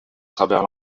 travers